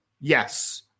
Yes